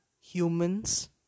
humans